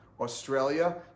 Australia